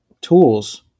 tools